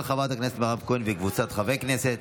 של חברת הכנסת מירב כהן וקבוצת חברי הכנסת.